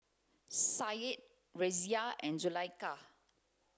Syed Raisya and Zulaikha